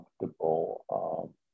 comfortable